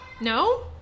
No